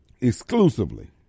exclusively